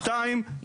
שתיים,